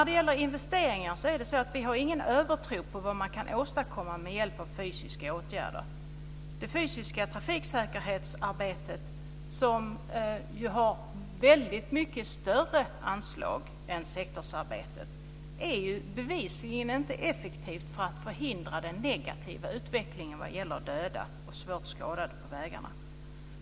Angående investeringar så har vi ingen övertro på vad man kan åstadkomma med hjälp av fysiska åtgärder. Det fysiska trafiksäkerhetsarbetet, som ju har väldigt mycket större anslag än sektorsarbetet, är bevisligen inte effektivt när det gäller att förhindra den negativa utvecklingen vad gäller döda och svårt skadade på vägarna.